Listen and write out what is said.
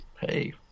Hey